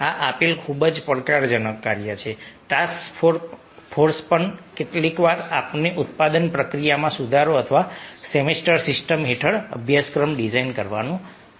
આ આપેલ ખૂબ જ પડકારજનક કાર્ય છે ટાસ્ક ફોર્સ પણ કેટલીકવાર આપણે ઉત્પાદન પ્રક્રિયામાં સુધારો અથવા સેમેસ્ટર સિસ્ટમ હેઠળ અભ્યાસક્રમ ડિઝાઇન કરવાનું કહીશું